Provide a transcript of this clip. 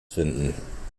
finden